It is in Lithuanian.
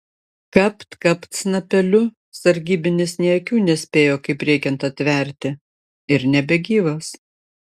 kapt kapt snapeliu sargybinis nė akių nespėjo kaip reikiant atverti ir nebegyvas